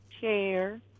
chair